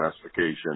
classification